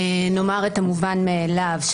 נאמר את המובן מאליו,